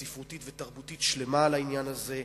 ספרותית ותרבותית שלמה על העניין הזה,